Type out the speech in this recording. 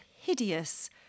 hideous